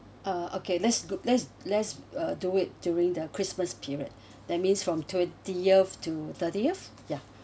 uh okay let's let's~ let's uh do it during the christmas period that means from twentieth to thirtieth ya